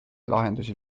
lahendusi